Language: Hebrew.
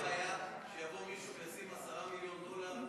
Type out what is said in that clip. אין בעיה שמישהו ישים 10 מיליון דולר,